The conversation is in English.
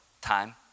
time